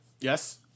Yes